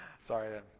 Sorry